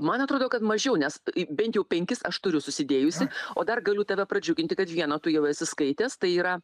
man atrodo kad mažiau nes bent jau penkis aš turiu susidėjusi o dar galiu tave pradžiuginti kad vieną tu jau esi skaitęs tai yra